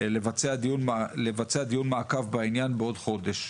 לבצע דיון מעקב בעניין בעוד חודש.